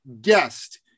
guest